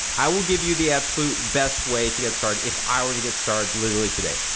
i will give you the absolute best way to get started if i were to get started literally today.